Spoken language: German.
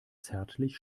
zärtlich